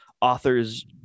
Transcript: author's